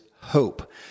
hope